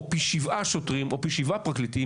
או פי שבע שוטרים או פי שבעה פרקליטים,